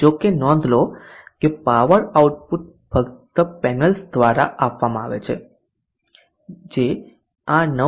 જો કે નોંધ લો કે પાવર આઉટપુટ ફક્ત પેનલ્સ દ્વારા આપવામાં આવે છે જે આ 9